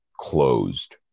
closed